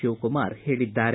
ಶಿವಕುಮಾರ್ ಹೇಳಿದ್ದಾರೆ